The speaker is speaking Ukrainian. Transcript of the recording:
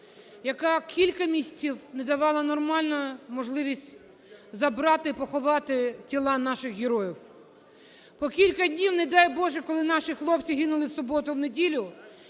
яка кілька місяців не давала нормально можливість забрати, поховати тіла наших героїв. По кілька днів, не дай Боже, коли наші хлопці гинули в суботу, в неділю,